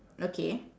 okay